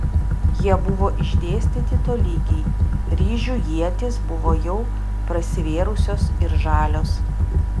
jie buvo išdėstyti tolygiai ryžių ietys buvo jau prasivėrusios ir žalios